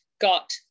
got